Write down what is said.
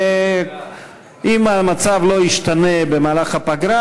אם המצב לא ישתנה במהלך הפגרה,